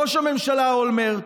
ראש הממשלה אולמרט,